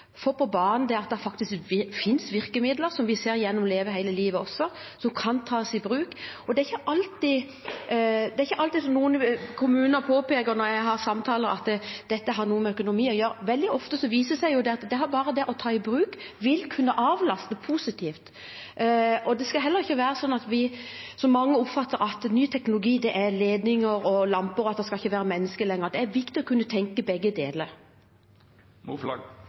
på banen at det faktisk finnes virkemidler som kan tas i bruk, noe vi også ser gjennom Leve hele livet. Det er ikke alltid slik som noen kommuner påpeker når jeg har samtaler med dem, at dette har noe med økonomi å gjøre. Veldig ofte viser det seg at bare det å ta det i bruk vil kunne avlaste positivt. Det skal heller ikke være sånn, slik mange oppfatter det, at ny teknologi er ledninger og lamper, og at det ikke lenger skal være mennesker. Det er viktig å kunne tenke begge deler. Det vert oppfølgingsspørsmål – først Tuva Moflag.